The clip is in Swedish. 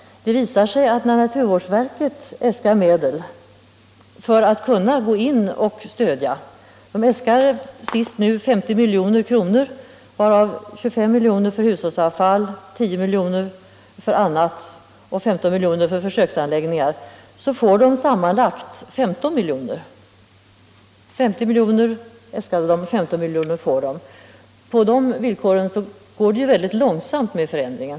Det visar sig att när naturvårdsverket för att kunna gå in och hjälpa nu senast äskar 50 milj.kr., varav 25 milj.kr. för hushållsavfall, 10 milj.kr. för annat och 15 milj.kr. för försöksanläggningar, så får verket sammanlagt 15 milj.kr. På de villkoren går det ju väldigt långsamt med förändringar.